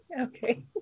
Okay